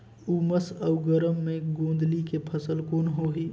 उमस अउ गरम मे गोंदली के फसल कौन होही?